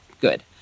good